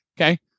Okay